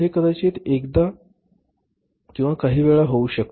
हे कदाचित एकदा किंवा काहीवेळा होऊ शकते